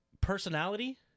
personality